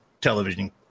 television